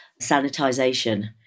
sanitization